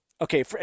Okay